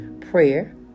prayer